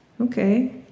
Okay